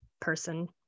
person